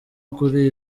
kuri